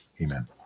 Amen